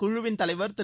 குழுவின் தலைவர் திரு